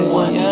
one